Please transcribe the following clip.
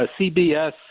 CBS